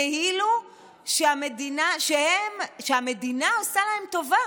כאילו המדינה עושה להם טובה